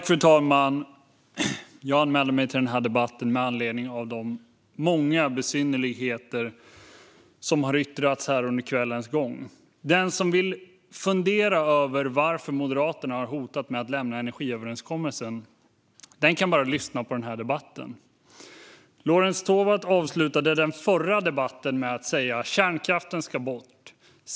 Fru talman! Jag anmälde mig till debatten med anledning av de många besynnerligheter som har yttrats här under kvällens gång. Den som vill fundera över varför Moderaterna har hotat med att lämna energiöverenskommelsen kan bara lyssna på den här debatten. Lorentz Tovatt avslutade den förra debatten med att säga att kärnkraften ska bort.